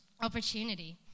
opportunity